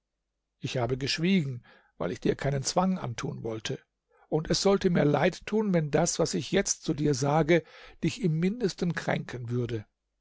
ich habe geschwiegen weil ich dir keinen zwang antun wollte und es sollte mir leid tun wenn das was ich jetzt zu dir sage dich im mindesten kränken würde